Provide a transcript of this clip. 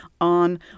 on